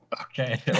Okay